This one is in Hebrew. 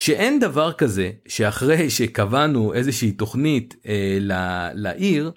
שאין דבר כזה שאחרי שקבענו איזושהי תוכנית לעיר.